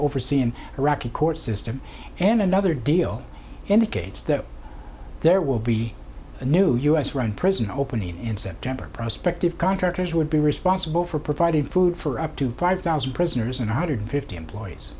overseeing iraqi court system and another deal indicates that there will be a new u s run prison opening in september prospect of contractors who would be responsible for providing food for up to five thousand prisoners and hundred fifty employees